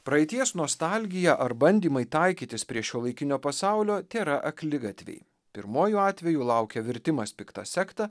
praeities nostalgija ar bandymai taikytis prie šiuolaikinio pasaulio tėra akligatviai pirmuoju atveju laukia virtimas pikta sekta